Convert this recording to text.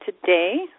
today